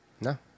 No